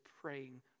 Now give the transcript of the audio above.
praying